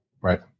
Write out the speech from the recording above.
Right